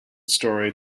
story